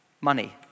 money